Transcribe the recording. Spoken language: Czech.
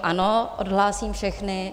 Ano, odhlásím všechny.